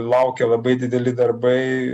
laukia labai dideli darbai